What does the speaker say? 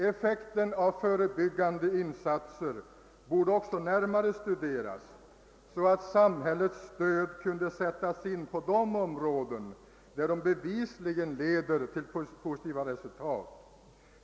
Effekten av förebyggande insatser borde också närmare studeras, så att samhällets stöd kunde sättas in på de områden där de bevisligen leder till positiva resultat.